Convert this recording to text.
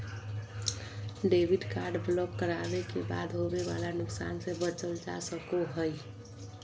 debit card block करावे के बाद होवे वाला नुकसान से बचल जा सको हय